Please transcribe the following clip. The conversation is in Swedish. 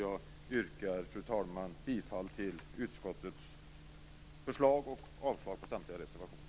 Jag yrkar, fru talman, bifall till utskottets förslag och avslag på samtliga reservationer.